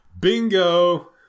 Bingo